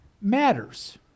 matters